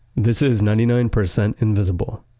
this is ninety nine percent invisible.